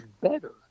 better